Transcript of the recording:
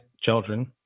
children